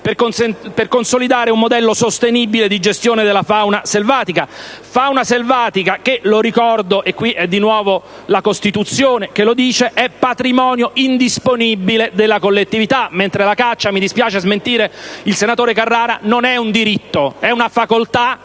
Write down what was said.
per consolidare un modello sostenibile di gestione della fauna selvatica che, lo ricordo (ed è la Costituzione che lo stabilisce), è patrimonio indisponibile della collettività, mentre la caccia - mi dispiace smentire il senatore Carrara - non è un diritto bensì una facoltà